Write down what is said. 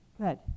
Good